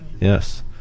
Yes